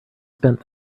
spent